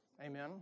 Amen